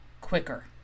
quicker